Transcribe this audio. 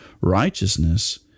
righteousness